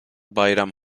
bayram